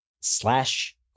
slash